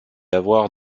avoir